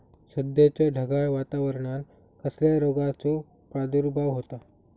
सध्याच्या ढगाळ वातावरणान कसल्या रोगाचो प्रादुर्भाव होता?